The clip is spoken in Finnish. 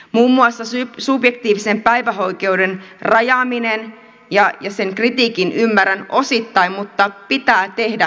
muun muassa subjektiivisen päivähoito oikeuden rajaamisen kritiikin ymmärrän osittain mutta pitää tehdä jotain